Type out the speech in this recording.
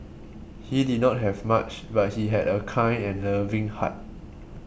he did not have much but he had a kind and loving heart